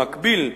במקביל,